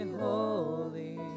holy